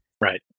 right